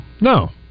no